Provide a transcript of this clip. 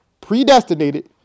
predestinated